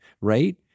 right